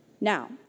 Now